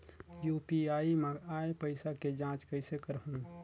UPI मा आय पइसा के जांच कइसे करहूं?